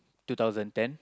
two thousand ten